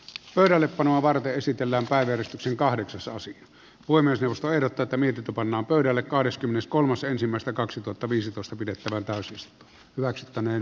pöydällepanoa varten esitellään kaderistyksen kahdeksasosia voi myös eusta erota niitä pannaan pöydälle kahdeskymmeneskolmas ensimmäistä kaksituhattaviisitoista pidettävä täysissä maksettaneen